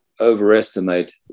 overestimate